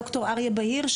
ד"ר אריה בהיר,